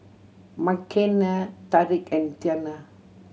Makenna Tariq and Tianna